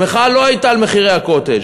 המחאה לא הייתה על מחירי הקוטג',